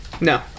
No